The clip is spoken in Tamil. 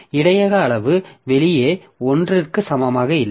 இடையக அளவு வெளியே 1ற்கு சமமாக இல்லை